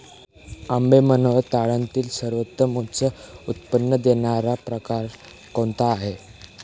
आंबेमोहोर तांदळातील सर्वोत्तम उच्च उत्पन्न देणारा प्रकार कोणता आहे?